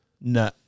No